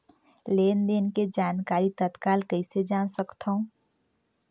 लेन देन के जानकारी तत्काल कइसे जान सकथव?